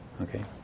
Okay